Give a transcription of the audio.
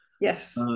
Yes